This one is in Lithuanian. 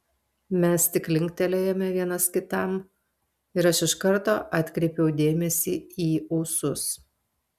mes tik linktelėjome vienas kitam ir aš iš karto atkreipiau dėmesį į ūsus